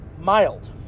mild